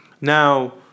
Now